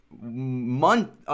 month